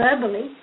verbally